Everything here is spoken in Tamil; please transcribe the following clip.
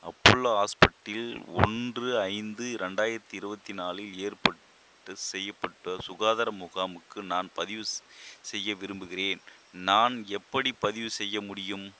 அப்பலோ ஹாஸ்பிட்டல் ஒன்று ஐந்து ரெண்டாயிரத்தி இருபத்தி நாலில் ஏற்பட்ட செய்யப்பட்ட சுகாதார முகாமுக்கு நான் பதிவு செய்ய விரும்புகிறேன் நான் எப்படி பதிவு செய்ய முடியும்